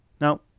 Now